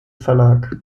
verlag